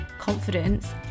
confidence